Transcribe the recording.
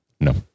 No